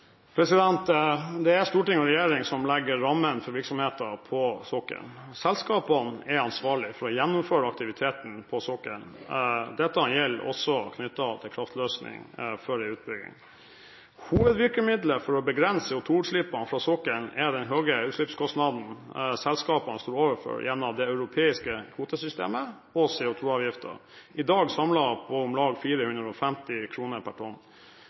Det er storting og regjering som legger rammene for virksomheten på sokkelen. Selskapene er ansvarlige for å gjennomføre aktiviteten på sokkelen. Dette gjelder også knyttet til kraftløsning for en utbygging. Hovedvirkemidlet for å begrense CO2-utslippene fra sokkelen er den høye utslippskostnaden selskapene står overfor gjennom det europeiske kvotesystemet og CO2-avgiften – i dag, samlet, på om lag 450 kr per tonn.